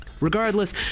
regardless